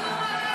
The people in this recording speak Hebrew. כספים.